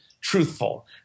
truthful